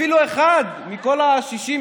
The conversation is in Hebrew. אפילו אחד מכל ה-60,